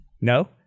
no